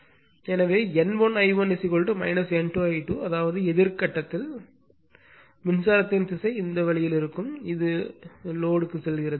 எனவே N1 I1 N2 I2 அதாவது எதிர் கட்டத்தில் அதாவது மின்சாரத்தின் திசை இந்த வழிதான் இது லோடுக்கு செல்கிறது